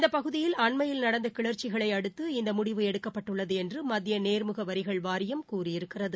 இந்தப் பகுதியில் அண்மையில் நடந்த கிளர்ச்சிகளை அடுத்து இந்த முடிவு எடுக்கப்பட்டுள்ளது என்று மத்திய நேர்முக வரிகள் வாரியம் கூறியிருக்கிறது